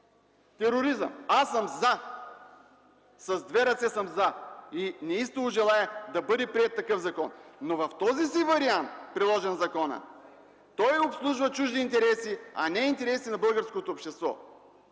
тероризъм, аз съм „за”. С две ръце съм „за” и неистово желая да бъде приет такъв закон. Но в този си вариант, приложен в закона, той обслужва чужди интереси, а не интересите на българското общество.